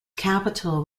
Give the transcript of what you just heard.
capital